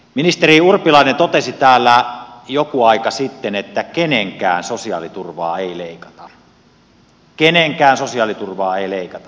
ministeri urpilainen totesi täällä joku aika sitten että kenenkään sosiaaliturvaa ei leikata kenenkään sosiaaliturvaa ei leikata